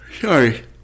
Sorry